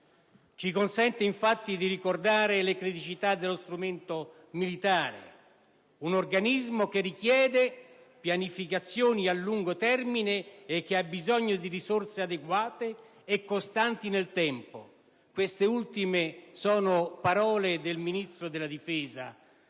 Ci consente infatti di ricordare le criticità dello strumento militare: un organismo che richiede pianificazioni a lungo termine e che ha bisogno di risorse adeguate e costanti nel tempo. Queste ultime sono parole del Ministro della difesa,